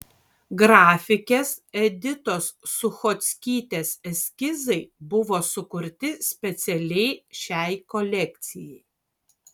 grafikės editos suchockytės eskizai buvo sukurti specialiai šiai kolekcijai